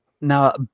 Now